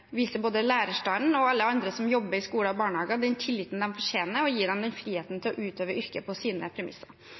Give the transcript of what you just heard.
både lærerstanden og alle andre som jobber i skole og barnehage, den tilliten de fortjener, og gir dem frihet til å utøve yrket på sine premisser.